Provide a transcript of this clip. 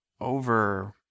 over